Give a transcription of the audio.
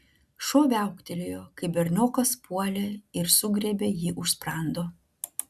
šuo viauktelėjo kai berniokas puolė ir sugriebė jį už sprando